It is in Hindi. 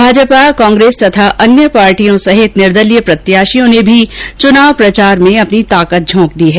भाजपा कांग्रेस तथा अन्य पार्टियों सहित निदर्लीय प्रत्याषियों ने भी चुनाव प्रचार में अपनी ताकत झोंक दी है